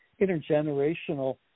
intergenerational